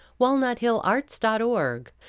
walnuthillarts.org